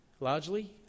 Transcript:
Largely